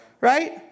Right